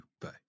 Bye